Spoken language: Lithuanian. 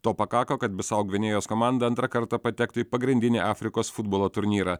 to pakako kad bisau gvinėjos komanda antrą kartą patektų į pagrindinį afrikos futbolo turnyrą